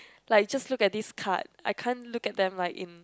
like just look at these cards I can't look at them like in